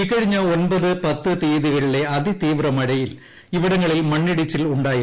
ഇക്കഴിഞ്ഞ ഒമ്പത് പത്ത് തീയതികളിലെ അതിതീവ്ര മഴയിൽ ഇവിടങ്ങളിൽ മണ്ണിടിച്ചിലുണ്ടായിരുന്നു